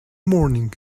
morning